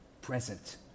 present